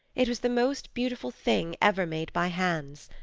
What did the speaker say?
it was the most beautiful thing ever made by hands.